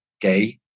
gay